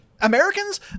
americans